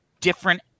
different